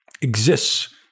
exists